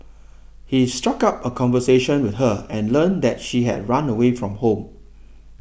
he struck up a conversation with her and learned that she had run away from home